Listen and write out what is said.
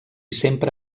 sempre